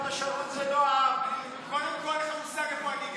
מה לכם ולעם?